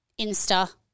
Insta